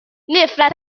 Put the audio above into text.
نفرت